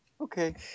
Okay